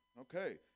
Okay